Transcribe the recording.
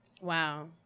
Wow